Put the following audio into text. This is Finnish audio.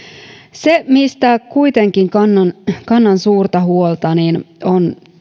se mistä kuitenkin kannan kannan suurta huolta on